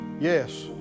yes